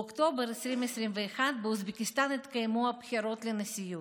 באוקטובר 2021 התקיימו באוזבקיסטן הבחירות לנשיאות.